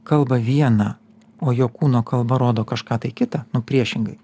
kalba viena o jo kūno kalba rodo kažką tai kita nu priešingai